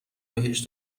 بهش